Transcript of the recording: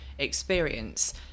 experience